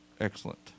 excellent